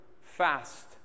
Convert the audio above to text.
fast